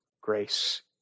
grace